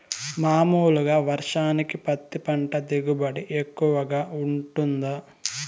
మామూలుగా వర్షానికి పత్తి పంట దిగుబడి ఎక్కువగా గా వుంటుందా?